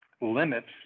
limits